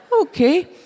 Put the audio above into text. Okay